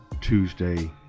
Tuesday